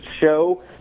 Show